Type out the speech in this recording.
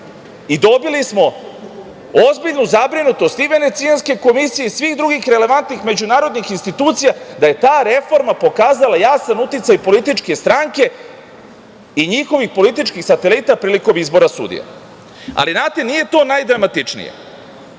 i dobili smo ozbiljnu zabrinutost i Venecijanske komisije i svih drugih relevantnih međunarodnih institucija da je ta reforma pokazala jasan uticaj političke stranke i njihovih političkih satelita prilikom izbora sudija. Ali to nije najdramatičnije.